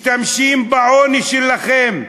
משתמשים בעוני שלכם,